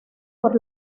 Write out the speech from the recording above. por